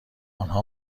نها